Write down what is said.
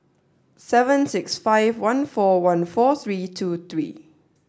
seven six five one four one four three two three